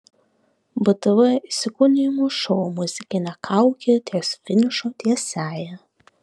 btv įsikūnijimų šou muzikinė kaukė ties finišo tiesiąja